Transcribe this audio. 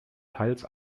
teils